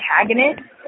antagonist